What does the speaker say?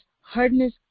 hardness